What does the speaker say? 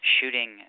shooting